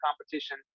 competition